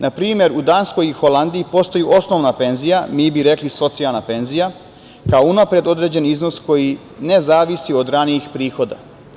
Na primer, u Danskoj i Holandiji postoji osnovna penzija, mi bi rekli socijalna penzija, kao unapred određeni iznos koji ne zavisi od ranijih prihoda.